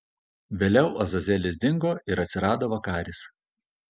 vėliau azazelis dingo ir atsirado vakaris